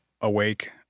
awake